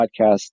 podcast